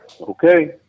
Okay